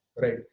Right